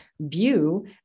view